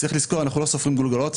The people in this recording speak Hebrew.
צריך לזכור, אנחנו לא סופרים גולגולות.